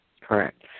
Correct